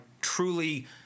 truly